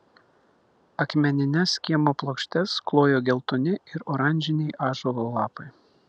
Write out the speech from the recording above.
akmenines kiemo plokštes klojo geltoni ir oranžiniai ąžuolo lapai